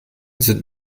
sind